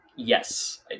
yes